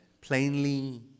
plainly